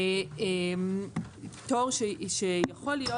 ופטור שיכול להיות,